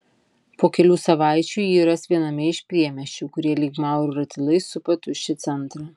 po kelių savaičių jį ras viename iš priemiesčių kurie lyg maurų ratilai supa tuščią centrą